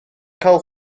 cael